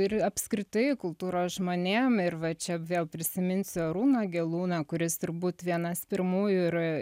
ir apskritai kultūros žmonėm ir va čia vėl prisiminsiu arūną gelūną kuris turbūt vienas pirmųjų ir